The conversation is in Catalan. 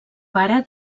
pare